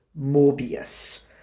Morbius